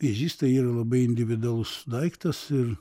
vėžys tai yra labai individualus daiktas ir